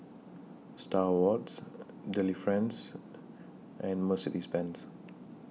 STAR Awards Delifrance and Mercedes Benz